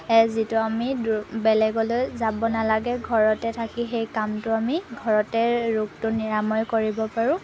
যিটো আমি দূৰ বেলেগলৈ যাব নালাগে ঘৰতে থাকি সেই কামটো আমি ঘৰতে ৰোগটো নিৰাময় কৰিব পাৰোঁ